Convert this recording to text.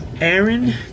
Aaron